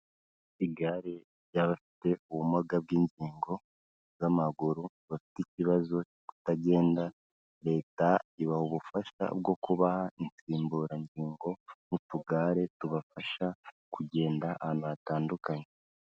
Igare ry'abafite ubumuga bw'ingingo z'amaguru bafite ikibazo cyo kutagenda, leta ibaha ubufasha bwo kubaha insimburangingo n'utugare tubafasha kugenda ahantu hatandukanye.